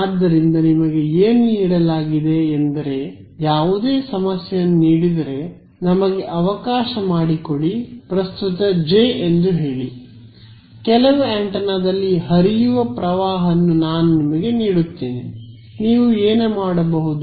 ಆದ್ದರಿಂದ ನಿಮಗೆ ಏನು ನೀಡಲಾಗಿದೆ ಎಂದರೆ ಯಾವುದೇ ಸಮಸ್ಯೆಯನ್ನು ನೀಡಿದರೆ ನಮಗೆ ಅವಕಾಶ ಮಾಡಿಕೊಡಿ ಪ್ರಸ್ತುತ ಜೆ ಎಂದು ಹೇಳಿ ಕೆಲವು ಆಂಟೆನಾದಲ್ಲಿ ಹರಿಯುವ ಪ್ರವಾಹವನ್ನು ನಾನು ನಿಮಗೆ ನೀಡುತ್ತೇನೆ ನೀವು ಏನು ಮಾಡಬಹುದು